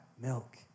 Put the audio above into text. milk